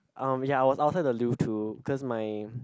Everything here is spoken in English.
um ya I was outside the Louvre too because my